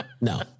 No